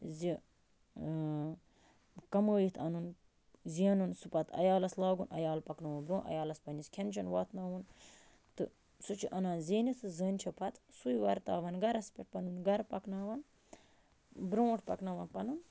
زِ کَمٲیِتھ اَنُن زیٚنُن سُہ پَتہٕ عیالس لاگُن عیال پَکٕناوُن برۄنٛہہ عیالَس پَنٛنِس کھیٚن چھیٚن واتہٕ ناوُن تہٕ سُہ چھِ اَنان زیٖنِتھ تہِ زٔنۍ چھِ پَتہٕ سُے وَرٕتاوان گَرَس پٮ۪ٹھ پَنُن گَرٕ پَکناوان برونٛٹھ پَکٕناوان پَنُن